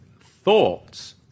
thoughts